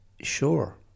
sure